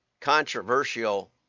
controversial